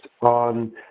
on